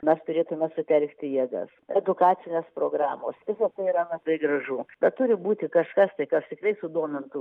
mes turėtume sutelkti jėgas edukacinės programos visa tai yra labai gražu kad turi būti kažkas tai kas tikrai sudomintų